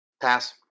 Pass